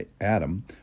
Adam